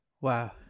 Wow